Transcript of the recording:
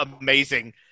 amazing